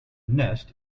nest